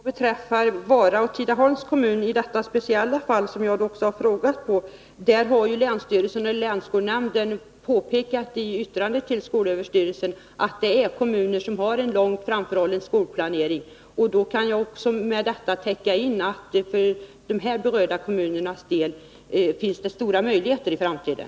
Herr talman! Vara och Tidaholms kommuner, som jag speciellt har frågat om, har enligt vad länsstyrelsen och länsskolnämnden har påpekat i ett yttrande till skolöverstyrelsen en långt framförhållen skolplanering. Därför anser jag att jag kan tyda statsrådets uttalande så att det för dessa kommuner finns stora möjligheter i framtiden.